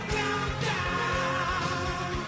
countdown